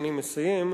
אני מסיים.